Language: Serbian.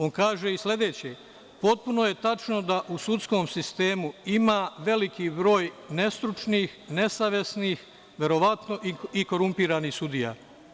On kaže i sledeće – potpuno je tačno da u sudskom sistemu ima veliki broj nestručnih, nesavesnih, verovatno i korumpiranih sudija.